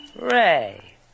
Ray